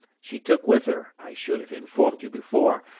she took with her, i should have informed you before,